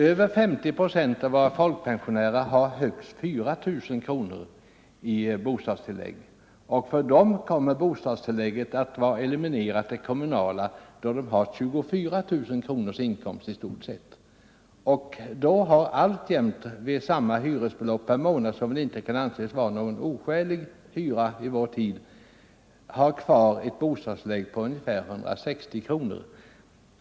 Över 50 procent av våra folkpensionärer har högst 4000 kronor i bostadstillägg. För dem kommer 143 det kommunala bostadstillägget att. vara eliminerat i stort sett då de har 24 000 kronors inkomst. Då har andra alltjämt — vid samma hyra per månad som väl inte kan anses vara en oskälig hyra i vår tid — kvar ett bostadstillägg på ungefär 160 kronor.